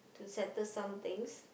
to settle some things